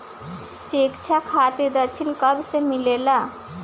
शिक्षा खातिर ऋण कब से मिलेला?